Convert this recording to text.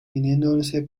viniéronse